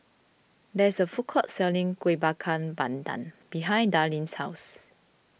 there is a food court selling Kueh Bakar Pandan behind Darlyne's house